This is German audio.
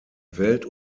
welt